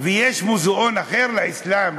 ויש מוזיאון אחר לאסלאם,